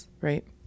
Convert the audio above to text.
right